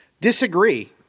Disagree